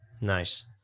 Nice